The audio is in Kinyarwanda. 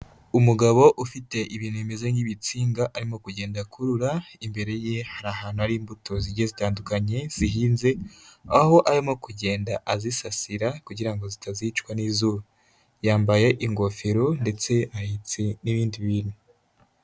Umugabo ufite ibintu bimeze nk'ibitsinga arimo kugenda akurura, imbere ye hari ahantu hari imbuto zigiye zitandukanye zihinze, aho arimo kugenda azisasira kugira ngo zitazicwa n'izuba, yambaye ingofero ndetse ahetse n'ibindi bintu.